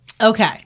Okay